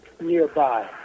nearby